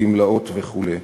גמלאות וכו'.